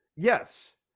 Yes